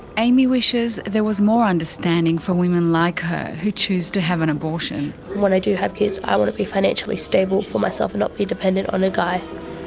amy wishes there was more understanding for women like her who choose to have an abortion. when i do have kids i want to be financially stable for myself and not be dependent on a guy,